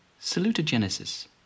salutogenesis